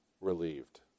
Relieved